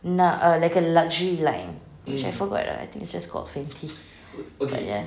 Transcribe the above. na~ err like a luxury line which I forgot ah I think it's just called fenty ya